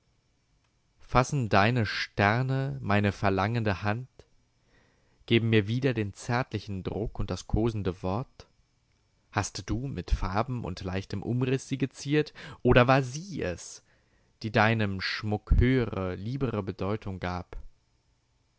fassen deine sterne meine verlangende hand geben mir wieder den zärtlichen druck und das kosende wort hast du mit farben und leichtem umriß sie geziert oder war sie es die deinem schmuck höhere liebere bedeutung gab